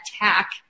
attack